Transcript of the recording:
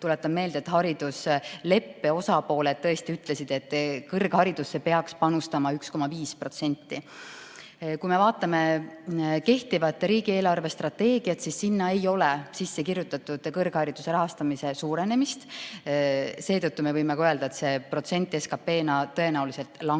Tuletan meelde, et haridusleppe osapooled tõesti ütlesid, et kõrgharidusse peaks panustama 1,5%.Kui me vaatame kehtivat riigi eelarvestrateegiat, siis näeme, et sinna ei ole sisse kirjutatud kõrghariduse rahastamise suurenemist. Seetõttu me võimegi öelda, et protsent SKT-st tõenäoliselt langeb.